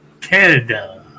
Canada